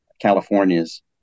California's